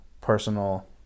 personal